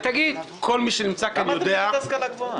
תמיד אתה מעיר על ההשכלה הגבוהה.